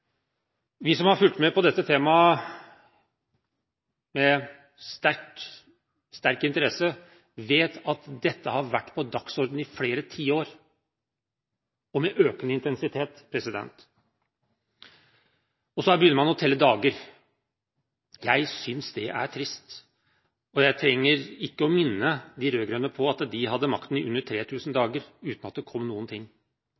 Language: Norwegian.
Vi som har fulgt med på dette temaet med sterk interesse, vet at dette har vært på dagsordenen i flere tiår og med økende intensitet. Så begynner man å telle dager. Jeg synes det er trist, og jeg trenger ikke å minne de rød-grønne på at de hadde makten i under 3 000 dager uten at det kom noen ting